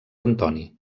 antoni